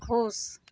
फूस